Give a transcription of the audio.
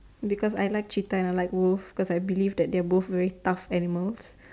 because I like cheetah and I like wolf cause I believe that they are both very tough animals